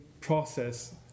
process